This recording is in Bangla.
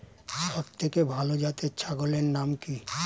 সবথেকে ভালো জাতের ছাগলের নাম কি?